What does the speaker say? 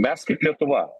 mes kaip lietuva